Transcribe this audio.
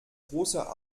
großer